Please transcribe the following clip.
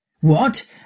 What